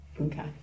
Okay